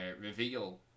reveal